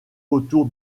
autour